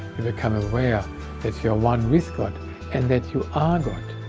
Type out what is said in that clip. you become aware that you are one with god and that you are god.